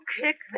kick